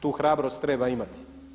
Tu hrabrost treba imati.